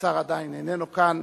השר עדיין איננו כאן,